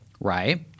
Right